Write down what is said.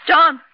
John